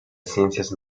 ciencias